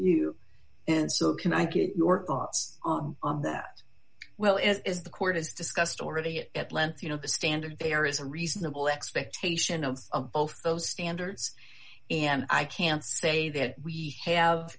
you and so can i get your thoughts on that well is the court has discussed already at length you know the standard there is a reasonable expectation of both those standards and i can't say that we have